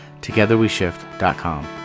TogetherWeShift.com